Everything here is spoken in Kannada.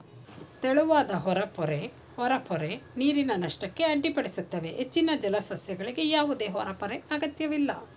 ತೆಳುವಾದ ಹೊರಪೊರೆ ಹೊರಪೊರೆ ನೀರಿನ ನಷ್ಟಕ್ಕೆ ಅಡ್ಡಿಪಡಿಸುತ್ತವೆ ಹೆಚ್ಚಿನ ಜಲಸಸ್ಯಗಳಿಗೆ ಯಾವುದೇ ಹೊರಪೊರೆ ಅಗತ್ಯವಿಲ್ಲ